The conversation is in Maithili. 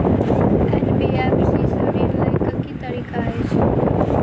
एन.बी.एफ.सी सँ ऋण लय केँ की तरीका अछि?